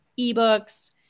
ebooks